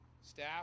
Staff